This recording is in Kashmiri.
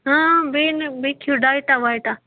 ہاں بیٚیہِ نہٕ بیٚیہِ کھیٚیِو ڈایٹا وایٹا